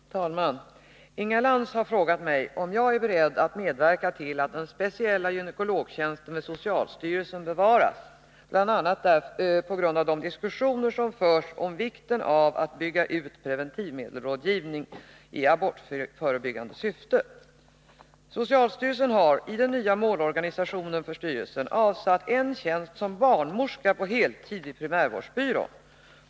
Herr talman! Inga Lantz har frågat mig om jag är beredd att medverka till att den speciella gynekologtjänsten vid socialstyrelsen bevaras, bl.a. mot bakgrund av de diskussioner som förs om vikten av att bygga ut preventivmedelsrådgivningen i abortförebyggande syfte. Socialstyrelsen har i den nya målorganisationen för styrelsen avsatt en tjänst som barnmorska på heltid vid primärvårdsbyrån.